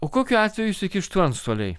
o kokiu atveju įsikištų antstoliai